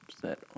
set